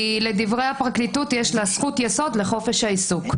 לדברי הפרקליטות יש לה זכות יסוד לחופש העיסוק.